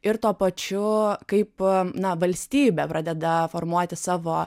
ir tuo pačiu kaip na valstybė pradeda formuoti savo